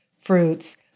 fruits